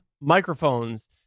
microphones